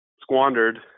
squandered